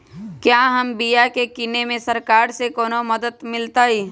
क्या हम बिया की किने में सरकार से कोनो मदद मिलतई?